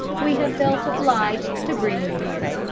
we have felt obliged to bring you here.